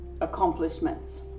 accomplishments